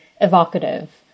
evocative